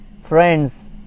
friends